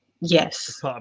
Yes